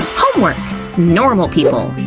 homework normal people